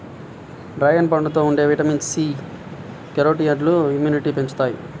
dragon పండులో ఉండే vitamin C, కెరోటినాయిడ్లు ఇమ్యునిటీని పెంచుతాయి